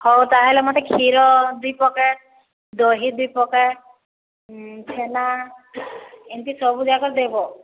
ହଉ ତାହେଲେ ମୋତେ କ୍ଷୀର ଦୁଇ ପ୍ୟାକେଟ୍ ଦହି ଦୁଇ ପ୍ୟାକେଟ୍ ଛେନା ଏମିତି ସବୁଯାକ ଦେବ